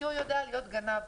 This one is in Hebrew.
כי הוא יודע להיות גנב.